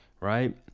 right